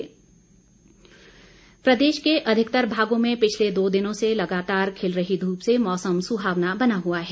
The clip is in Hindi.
मौसम प्रदेश के अधिकतर भागों में पिछले दो दिनों से लगातार खिल रही धूप से मौसम सुहावना बना हुआ है